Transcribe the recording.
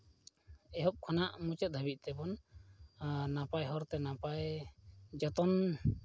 ᱮᱦᱚᱵ ᱠᱷᱚᱱᱟᱜ ᱢᱩᱪᱟᱹᱫ ᱫᱷᱟᱹᱵᱤᱡ ᱛᱮᱵᱚᱱ ᱱᱟᱯᱟᱭ ᱦᱚᱨᱛᱮ ᱱᱟᱯᱟᱭ ᱡᱚᱛᱚᱱ